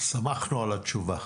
סמכנו על התשובה.